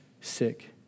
sick